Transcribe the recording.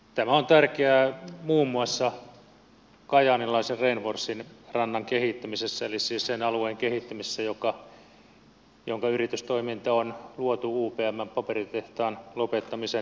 tämä on tärkeää muun muassa kajaanilaisen renforsin rannan kehittämisessä siis sen alueen kehittämisessä jonka yritystoiminta on luotu upmn paperitehtaan lopettamisen jälkeen